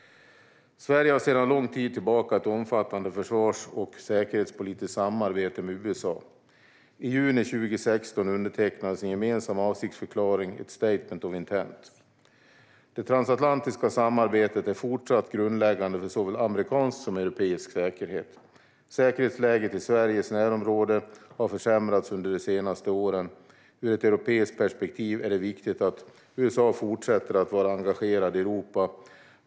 Sverige har sedan lång tid tillbaka ett omfattande försvars och säkerhetspolitiskt samarbete med USA. I juni 2016 undertecknades en gemensam avsiktsförklaring, ett Statement of Intent. Det transatlantiska samarbetet är fortsatt grundläggande för såväl amerikansk som europeisk säkerhet. Säkerhetsläget i Sveriges närområde har försämrats under de senaste åren. Ur ett europeiskt perspektiv är det viktigt att USA fortsätter att vara engagerat i Europa.